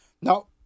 No